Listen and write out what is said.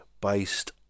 based